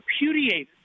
repudiated